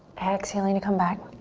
exhaling to come back.